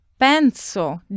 penso